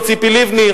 לא ציפי לבני.